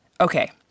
Okay